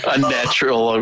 Unnatural